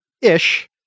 ish